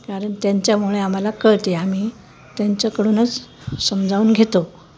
कारण त्यांच्यामुळे आम्हाला कळते आम्ही त्यांच्याकडूनच समजावून घेतो